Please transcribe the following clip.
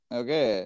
okay